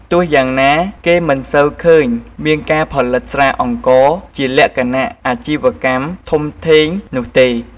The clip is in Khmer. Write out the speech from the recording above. ទោះយ៉ាងណា គេមិនសូវឃើញមានការផលិតស្រាអង្ករជាលក្ខណៈអាជីវកម្មធំធេងនោះទេ។